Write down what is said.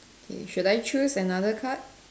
K should I choose another card